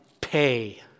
pay